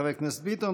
חבר הכנסת ביטון.